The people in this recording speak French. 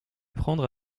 prendre